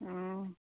ᱚᱸᱻ